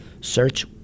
search